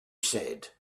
said